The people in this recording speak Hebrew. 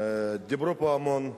דיברו פה המון,